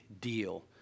deal